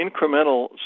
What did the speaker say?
incremental